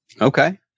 Okay